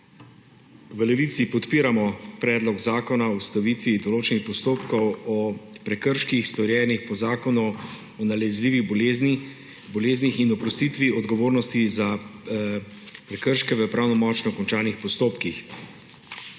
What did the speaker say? V Levici podpiramo Predlog zakona o ustavitvi določenih postopkov o prekrških, storjenih po Zakonu o nalezljivih boleznih, in oprostitvi odgovornosti za prekrške v pravnomočno končanih postopkih.